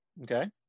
Okay